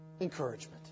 encouragement